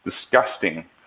disgusting